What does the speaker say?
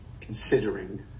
considering